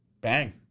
Bang